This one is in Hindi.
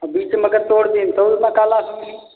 आ बीच में अगर तोड़ दे तो उसमें क्या लाभ मिलेगा